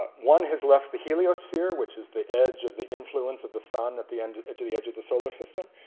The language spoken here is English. one has left the heliosphere, which is the edge of the influence of the sun at the and edge the edge of the solar system.